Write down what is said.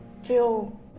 feel